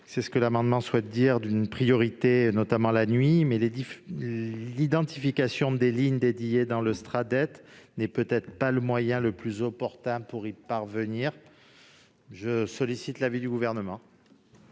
à faire du fret ferroviaire une priorité, notamment la nuit, mais l'identification des lignes dédiées dans le Sraddet n'est peut-être pas le moyen le plus opportun pour y parvenir. Je sollicite l'avis du Gouvernement.